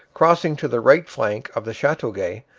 crossed to the right bank of the chateauguay,